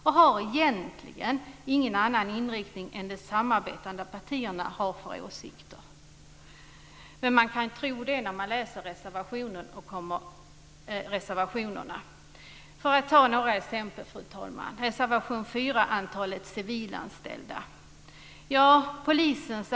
De har egentligen ingen annan inriktning än de åsikter som de samarbetande partierna har. Man kan ändå tro att det är så när man läser reservationerna. Låt mig ge några exempel, fru talman. Reservation 4 gäller antalet civilanställda.